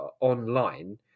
online